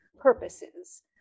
purposes